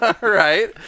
Right